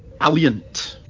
Alliant